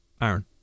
Aaron